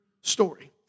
story